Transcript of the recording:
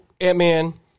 Ant-Man